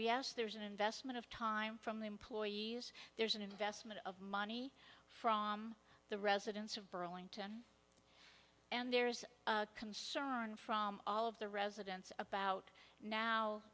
yes there's an investment of time from the employees there's an investment of money from the residents of burlington and there's concern from all of the residents about now